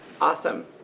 Awesome